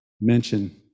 mention